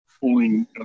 pulling